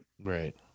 Right